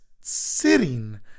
sitting